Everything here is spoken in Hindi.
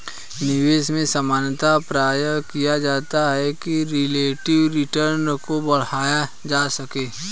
निवेश में सामान्यतया प्रयास किया जाता है कि रिलेटिव रिटर्न को बढ़ाया जा सके